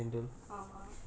(uh huh)